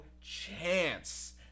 chance